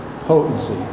potency